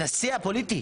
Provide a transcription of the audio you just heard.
הנשיא הפוליטי?